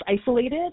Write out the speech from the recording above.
isolated